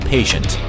Patient